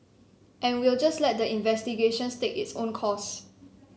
and we'll just let the investigations take its own course